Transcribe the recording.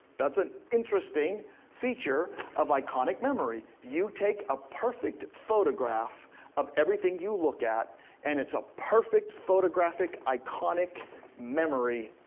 that's an interesting feature of iconic memory. you take a perfect photograph of everything you look at and it's a perfect, photographic, iconic memory.